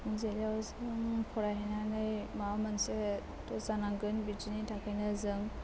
जेराव जों फरायहैनानै माबा मोनसे त' जानांगोन बिदिनि थाखायनो जों